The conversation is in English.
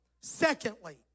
Secondly